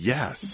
Yes